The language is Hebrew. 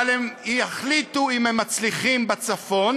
אבל הם יחליטו אם הם מצליחים בצפון,